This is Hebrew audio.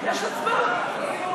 יש הצבעה.